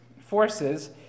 forces